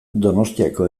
donostiako